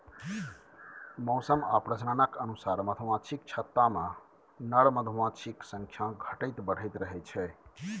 मौसम आ प्रजननक अनुसार मधुमाछीक छत्तामे नर मधुमाछीक संख्या घटैत बढ़ैत रहै छै